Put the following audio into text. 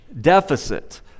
deficit